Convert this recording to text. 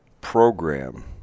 program